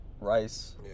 rice